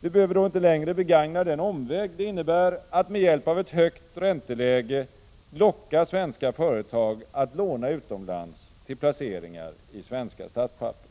Vi behöver då inte längre begagna den omväg det innebär att med hjälp av ett högt ränteläge locka svenska företag att låna utomlands till placeringar i svenska statspapper.